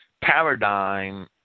paradigm